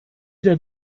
der